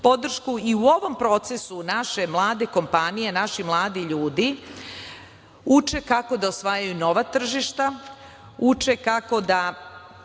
i u ovom procesu naše mlade kompanije, naši mladi ljudi uče kako da osvajaju nova tržišta, uče kako da,